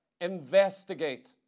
investigate